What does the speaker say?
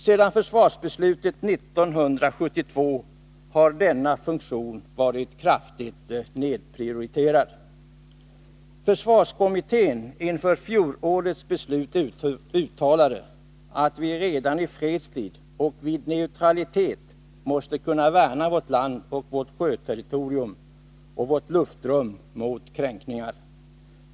Sedan försvarsbeslutet 1972 har denna funktion varit kraftigt nedprioriterad. Försvarskommittén inför fjolårets beslut uttalade att vi redan i fredstid och vid neutralitet måste kunna värna vårt landoch sjöterritorium och vårt luftrum mot kränkningar.